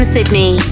Sydney